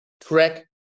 track